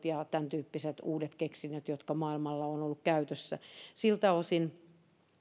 ja tämäntyyppiset uudet keksinnöt jotka maailmalla ovat olleet käytössä siltä osin